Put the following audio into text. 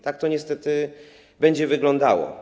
Tak to niestety będzie wyglądało.